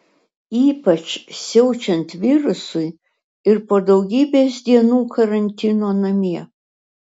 ypač siaučiant virusui ir po daugybės dienų karantino namie